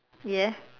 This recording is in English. yeah